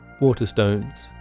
Waterstones